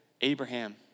Abraham